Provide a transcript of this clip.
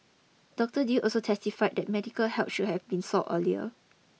Doctor Yew also testified that medical help should have been sought earlier